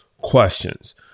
questions